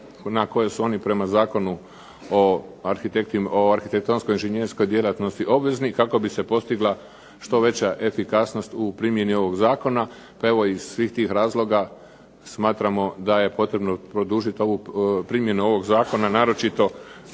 na koje su oni prema Zakonu o arhitektonsko-inženjerskoj djelatnosti obvezni kako bi se postigla što veća efikasnost u primjeni ovog zakona, pa evo iz svih tih razloga smatramo da je potrebno produžiti ovu primjenu ovog zakona naročito